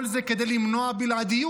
כל זה כדי למנוע בלעדיות,